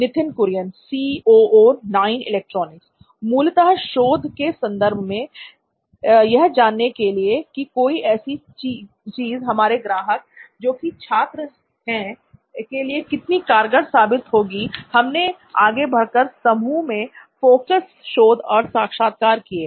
नित्थिन Kurian C O O नॉइन electronics मूलतः शोध के संदर्भ में यह जानने के लिए की ऐसी कोई चीज हमारे ग्राहक जो की छात्र हैं के लिए कितनी कारगर साबित होगी हमने आगे बढ़कर समूह में फोकस शोध और साक्षात्कार किए